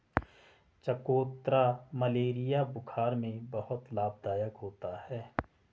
चकोतरा मलेरिया बुखार में बहुत लाभदायक होता है